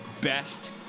Best